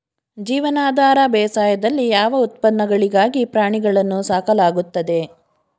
ಜೀವನಾಧಾರ ಬೇಸಾಯದಲ್ಲಿ ಯಾವ ಉತ್ಪನ್ನಗಳಿಗಾಗಿ ಪ್ರಾಣಿಗಳನ್ನು ಸಾಕಲಾಗುತ್ತದೆ?